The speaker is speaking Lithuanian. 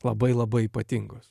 labai labai ypatingos